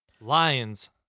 lions